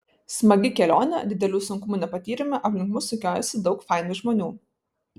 smagi kelionė didelių sunkumų nepatyrėme aplink mus sukiojosi daug fainų žmonių